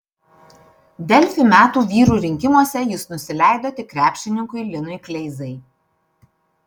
delfi metų vyro rinkimuose jis nusileido tik krepšininkui linui kleizai